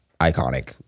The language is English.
iconic